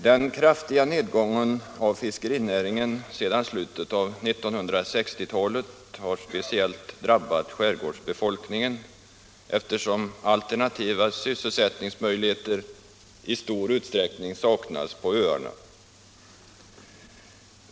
Den kraftiga nedgången av fiskerinäringen sedan slutet av 1960-talet har speciellt drabbat skärgårdsbefolkningen, eftersom alternativa sysselsättningsmöjligheter i stor utsträckning saknas på öarna.